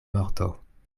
morto